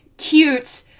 cute